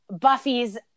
Buffy's